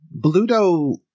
Bluto